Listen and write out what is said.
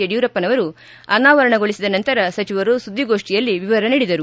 ಯಡಿಯೂರಪ್ಪನವರು ಅನಾವರಣಗೊಳಿಸಿದ ನಂತರ ಸಚಿವರು ಸುದ್ವಿಗೋಷ್ಠಿಯಲ್ಲಿ ವಿವರ ನೀಡಿದರು